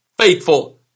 faithful